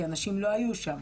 כי הנשים לא היו שם.